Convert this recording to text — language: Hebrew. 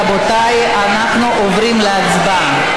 רבותיי, אנחנו עוברים להצבעה.